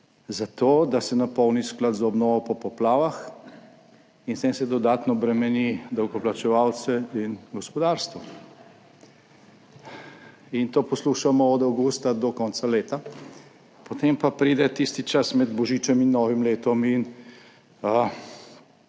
zato, da se napolni sklad za obnovo po poplavah in s tem se dodatno bremeni davkoplačevalce in gospodarstvo. In to poslušamo od avgusta do konca leta, potem pa pride tisti čas med božičem in novim letom in